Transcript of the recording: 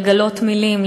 לגלות מילים,